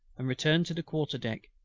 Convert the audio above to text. and returned to the quarter-deck,